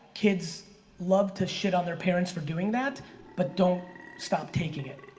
kids love to shit on their parents for doing that but don't stop taking it.